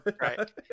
right